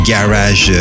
Garage